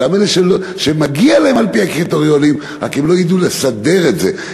אותם אלה שמגיע להם על-פי הקריטריונים ורק הם לא ידעו לסדר את זה,